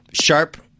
Sharp